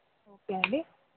okay అండి